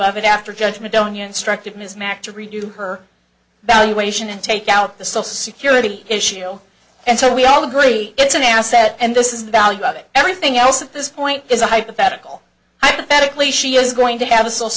of it after judgment donya instructed his mac to redo her valuation and take out the cell security issue and so we all agree it's an asset and this is the value of it everything else at this point is a hypothetical hypothetically she is going to have a s